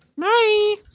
Bye